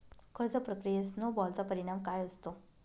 कर्ज प्रक्रियेत स्नो बॉलचा परिणाम काय असतो?